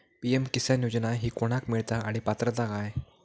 PM Kisan योजना ही कोणाक मिळता आणि पात्रता काय?